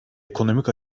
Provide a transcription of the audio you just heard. ekonomik